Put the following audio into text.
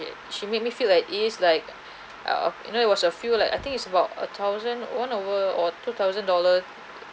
she make me feel like it is like err you know it was a few like I think it's about a thousand one over or two thousand dollar